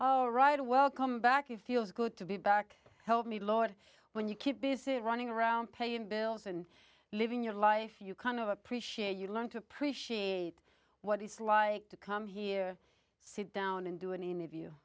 all right welcome back it feels good to be back help me a lot when you keep busy running around paying bills and living your life you kind of appreciate you learn to appreciate what it's like to come here sit down and do an i